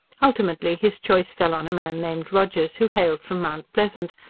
ultimately, his choice fell on a man named rogers who hailed from mount pleasant,